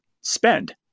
spend